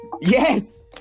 yes